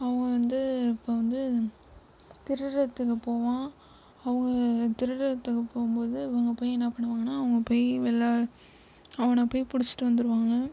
அவங்க வந்து இப்போ வந்து திருடுறதுக்கு போவான் அவங்க திருடுறதுக்கு போகும்போது இவங்க போய் என்ன பண்ணுவாங்கன்னா அவங்க போய் விள அவனை போய் பிடிச்சிட்டு வந்துருவாங்க